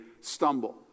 stumble